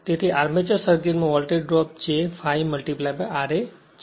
તે આર્મેચર સર્કિટમાં voltage drop છે જે ∅ ra છે